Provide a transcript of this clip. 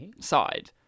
side